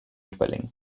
dwelling